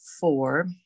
four